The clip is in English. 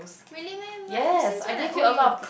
really meh w~ since when I owe you